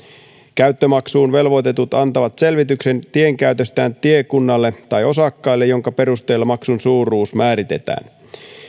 käyttömaksuun velvoitetut antavat selvityksen tienkäytöstään tiekunnalle tai osakkaille minkä perusteella maksun suuruus määritetään